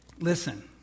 Listen